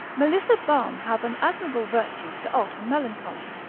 melissa balm hath an admirable virtue to alter melancholy,